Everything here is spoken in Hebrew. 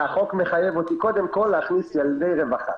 והחוק מחייב אותי קודם כל להכניס ילדי רווחה.